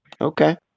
Okay